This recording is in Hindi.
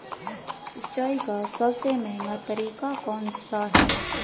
सिंचाई का सबसे महंगा तरीका कौन सा है?